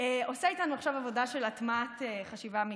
עושה איתנו עכשיו עבודה של הטמעת חשיבה מגדרית.